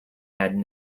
had